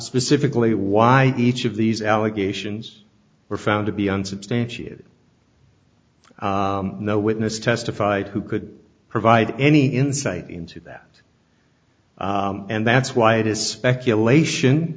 specifically why each of these allegations were found to be unsubstantiated no witness testified who could provide any insight into that and that's why it is speculation